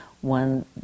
one